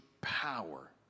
power